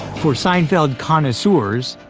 for seinfeld connoisseurs.